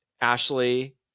ashley